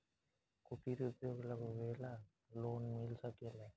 कुटिर उद्योग लगवेला लोन मिल सकेला?